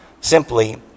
simply